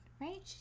Right